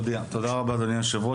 תודה רבה, אדוני היושב-ראש.